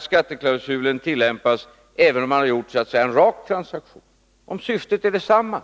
skatteklausulen tillämpas, även om man har gjort en ”rak” transaktion. Det handlar ju om att syftet är detsamma.